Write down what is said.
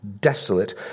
desolate